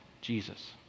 Jesus